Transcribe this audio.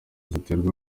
ziterwa